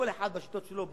כל אחד בשיטות שלו,